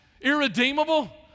irredeemable